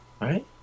Right